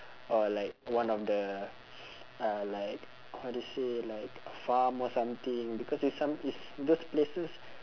or like one of the uh like how to say like farm or something because it's some it's those places